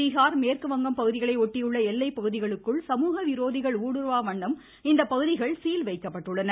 பீகார் மேற்குவங்கம் பகுதிகளை ஒட்டியுள்ள எல்லைப் பகுதிகளுக்குள் சமூக விரோதிகள் ஊடுருவா வண்ணம்இப்பகுதிகள் சீல் வைக்கப்பட்டுள்ளன